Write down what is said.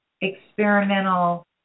experimental